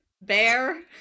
Bear